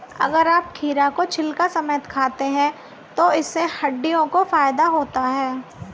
अगर आप खीरा को छिलका समेत खाते हैं तो इससे हड्डियों को फायदा होता है